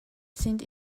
sind